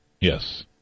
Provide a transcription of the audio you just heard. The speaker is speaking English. Yes